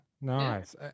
Nice